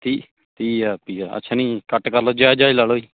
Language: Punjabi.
ਤੀਹ ਤੀਹ ਹਜ਼ਾਰ ਰੁਪਈਆ ਅੱਛਾ ਨਹੀਂ ਘੱਟ ਕਰ ਲਓ ਜਾਇਜ ਜਾਇਜ ਲਾ ਲਓ ਜੀ